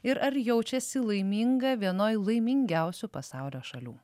ir ar jaučiasi laiminga vienoj laimingiausių pasaulio šalių